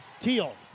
Teal